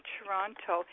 Toronto